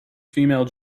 female